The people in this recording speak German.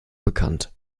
bekannt